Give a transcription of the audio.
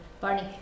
Barney